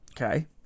Okay